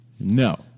No